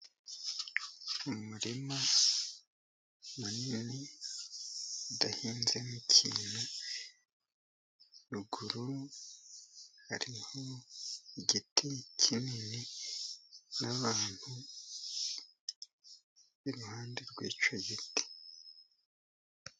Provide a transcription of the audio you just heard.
Umurima munini udahinzemo ikintu, ruguru hari n' igiti kinini, n'abantu iruhande rw'icyo giti.